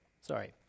sorry